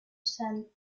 self